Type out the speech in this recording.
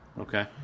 Okay